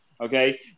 okay